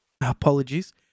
Apologies